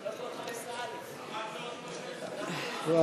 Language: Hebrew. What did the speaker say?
לא, את אמרת 316. אבל